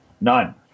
none